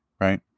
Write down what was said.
right